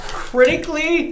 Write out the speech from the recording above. critically